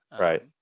Right